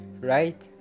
right